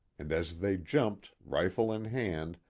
and as they jumped, rifle in hand,